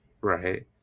right